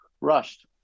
rushed